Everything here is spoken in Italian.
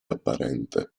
apparente